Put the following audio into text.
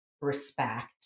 respect